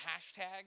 hashtag